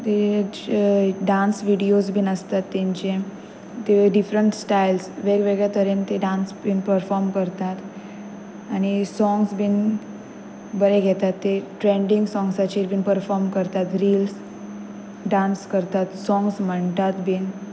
ते dance videos बीन आसतात तांचे ते डिफरंट स्टायल्स वेगवेगळ्या तरेन ते डांस बीन परफॉम करतात आनी सोंग्स बीन बरे घेतात ते ट्रेंडींग सोंग्साचेर बीन परफॉर्म करतात रिल्स डांस करतात सोंग्स म्हणटात बीन